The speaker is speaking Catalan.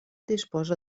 disposa